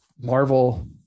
Marvel